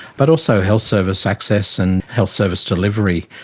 but also health service access and health service delivery.